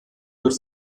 wird